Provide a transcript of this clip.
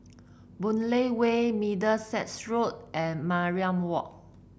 Boon Lay Way Middlesex Road and Mariam Walk